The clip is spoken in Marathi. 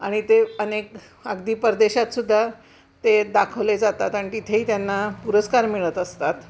आणि ते अनेक अगदी परदेशातसुद्धा ते दाखवले जातात आणि तिथेही त्यांना पुरस्कार मिळत असतात